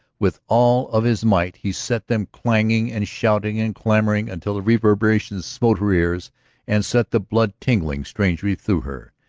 with all of his might he set them clanging and shouting and clamoring until the reverberation smote her ears and set the blood tingling strangely through her.